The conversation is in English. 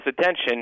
attention